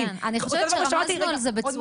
איפה הושם על זה דגש